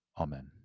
Amen